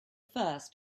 first